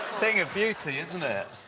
thing of beauty, isn't it?